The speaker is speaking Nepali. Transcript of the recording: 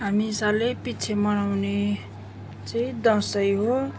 हामी सालैपिछे मनाउने चाहिँ दसैँ हो